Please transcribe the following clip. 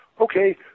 okay